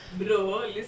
bro